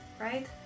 right